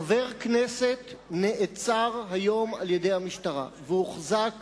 חבר הכנסת נעצר היום על-ידי המשטרה, והוחזק